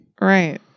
Right